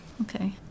okay